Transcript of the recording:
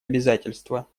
обязательства